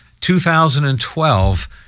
2012